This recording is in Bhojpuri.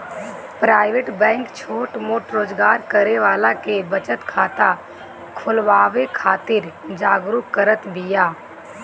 प्राइवेट बैंक छोट मोट रोजगार करे वाला के बचत खाता खोलवावे खातिर जागरुक करत बिया